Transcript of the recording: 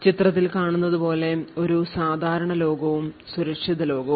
ചിത്രത്തിൽ കാണുന്നതുപോലെ ഒരു സാധാരണ ലോകവും സുരക്ഷിത ലോകവും